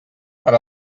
per